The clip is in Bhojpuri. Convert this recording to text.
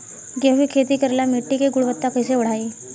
गेहूं के खेती करेला मिट्टी के गुणवत्ता कैसे बढ़ाई?